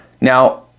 Now